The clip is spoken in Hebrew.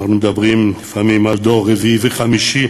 אנחנו מדברים לפעמים על דור רביעי וחמישי